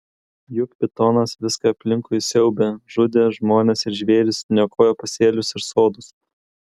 juk pitonas viską aplinkui siaubė žudė žmones ir žvėris niokojo pasėlius ir sodus